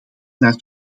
naar